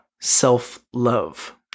self-love